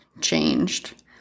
changed